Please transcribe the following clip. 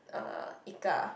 uh Ika